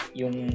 yung